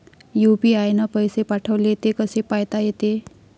UPI न पैसे पाठवले, ते कसे पायता येते?